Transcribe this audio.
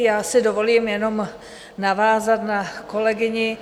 Já si dovolím jenom navázat na kolegyni.